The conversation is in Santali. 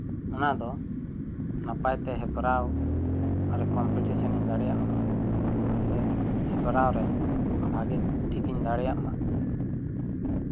ᱚᱱᱟᱫᱚ ᱱᱟᱯᱟᱭ ᱛᱮ ᱦᱮᱯᱨᱟᱣ ᱟᱨ ᱠᱚᱢᱯᱤᱴᱤᱥᱚᱱᱤᱧ ᱫᱟᱬᱮᱭᱟᱜ ᱢᱟ ᱥᱮ ᱦᱮᱯᱨᱣ ᱨᱮ ᱵᱷᱟᱜᱮ ᱴᱷᱤᱠᱤᱧ ᱫᱟᱲᱮᱭᱟᱜ ᱢᱟ